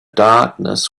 darkness